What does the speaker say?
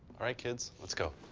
alright kids, let's go.